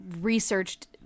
researched